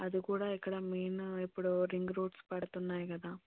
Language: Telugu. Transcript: అది కూడా ఎక్కడ మెయిన్ ఇప్పుడు రింగ్ రోడ్స్ పడుతున్నాయి కదా